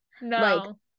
no